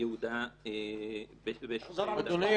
יהודה ושומרון.